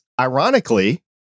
ironically